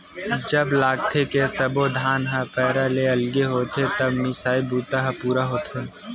जब लागथे के सब्बो धान ह पैरा ले अलगे होगे हे तब मिसई बूता ह पूरा होथे